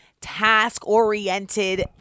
task-oriented